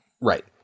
Right